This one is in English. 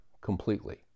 completely